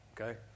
Okay